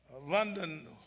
London